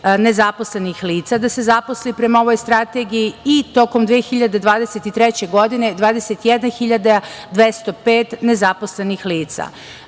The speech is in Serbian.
nezaposlenih lica da se zaposle prema ovoj strategiji i tokom 2023. godine 21.205 nezaposlenih lica. Radi